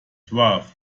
draft